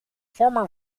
former